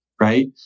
right